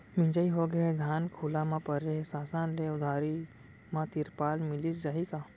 मिंजाई होगे हे, धान खुला म परे हे, शासन ले उधारी म तिरपाल मिलिस जाही का?